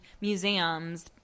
museums